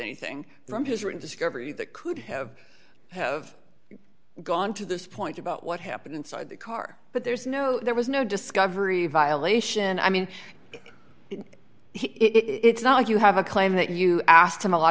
anything from his written discovery that could have have gone to this point about what happened inside the car but there's no there was no discovery violation i mean it is not like you have a claim that you asked him a lot